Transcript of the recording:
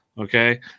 Okay